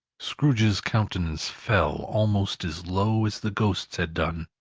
scrooge's countenance fell almost as low as the ghost's had done.